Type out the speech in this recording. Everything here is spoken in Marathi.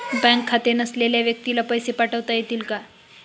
बँक खाते नसलेल्या व्यक्तीला पैसे पाठवता येतील का?